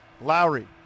Lowry